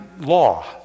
law